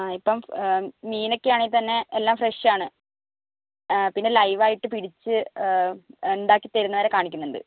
ആ ഇപ്പം മീനൊക്കെയാണേൽ തന്നെ എല്ലാം ഫ്രഷാണ് പിന്നെ ലൈവായിട്ട് പിടിച്ച് ഉണ്ടാക്കി തരുന്നതുവരെ കാണിക്കുന്നുണ്ട്